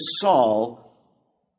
Saul